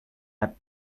had